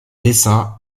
dessin